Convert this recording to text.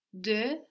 de